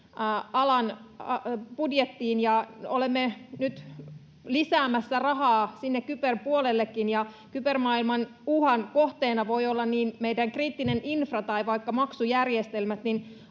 alan budjettiin, ja olemme nyt lisäämässä rahaa sinne kyberpuolellekin. Kybermaailman uhan kohteena voi olla meidän kriittinen infra tai vaikka maksujärjestelmät.